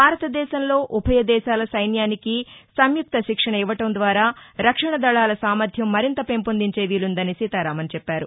భారత దేశంలో ఉభయ దేశాల సైన్యానికి సంయుక్త శిక్షిణ ఇవ్వటం ద్వారా రక్షణ దళాల సామర్యం మరింత పెంపొందించే వీలుందని సీతారామన్ చెప్పారు